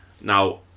now